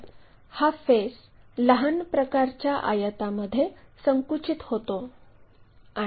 तर हा फेस लहान प्रकारच्या आयतामध्ये संकुचित होतो